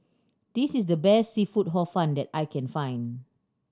this is the best seafood Hor Fun that I can find